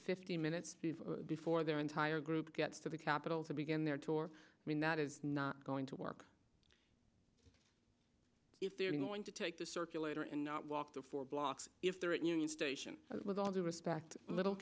fifteen minutes before their entire group gets to the capital to begin their tour i mean that is not going to work if they're going to take the circulator and not walk the four blocks if they're at union station with all due respect little